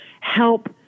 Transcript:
help